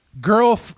girl